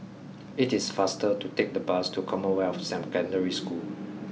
it is faster to take the bus to Commonwealth Samp Secondary School